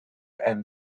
and